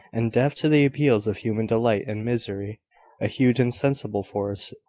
and deaf to the appeals of human delight and misery a huge insensible force,